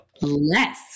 less